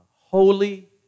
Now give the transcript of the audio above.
holy